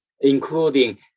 including